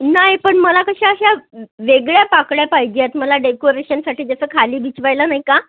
नाई पण मला कशा अशा वेगळ्या पाकळ्या पाहिजेत मला डेकोरेशनसाठी जसं खाली बीछवायला नाही का